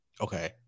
Okay